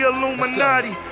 Illuminati